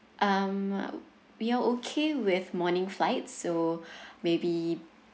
um we are okay with morning flight so maybe